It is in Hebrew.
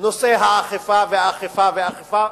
נושא האכיפה והאכיפה,